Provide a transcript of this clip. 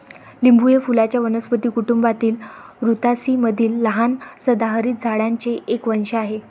लिंबू हे फुलांच्या वनस्पती कुटुंबातील रुतासी मधील लहान सदाहरित झाडांचे एक वंश आहे